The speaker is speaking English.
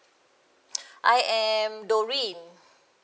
I am dorime